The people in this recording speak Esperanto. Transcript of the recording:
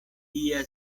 lia